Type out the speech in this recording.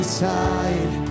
side